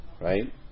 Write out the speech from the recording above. right